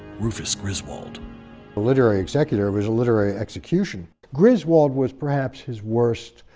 rufus griswold. a literary executor was a literary execution. griswold was perhaps his worst